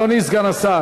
אדוני סגן השר.